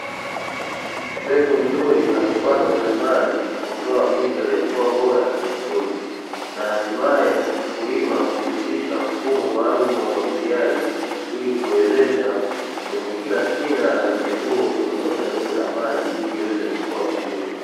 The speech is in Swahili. Mbegu nzuri inapopandwa shambani, hutoa miche iliyokuwa bora na mizuri na hatimaye mkulima upitisha mfumo maalumu, wa umwagiliaji ilikuwezesha kwenye kila shina la mche huo, ku dondosha tone la maji ili iweze kukua vizuri.